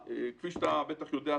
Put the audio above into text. כפי שאתה בטח יודע,